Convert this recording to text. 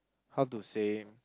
how to say